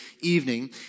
evening